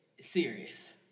serious